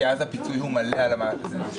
כי אז הפיצוי מלא על המעסיק.